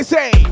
Say